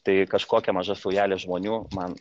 tai kažkokia maža saujelė žmonių man